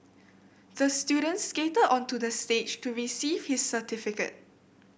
the student skated onto the stage to receive his certificate